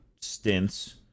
stints